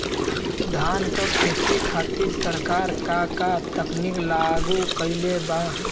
धान क खेती खातिर सरकार का का तकनीक लागू कईले बा?